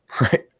right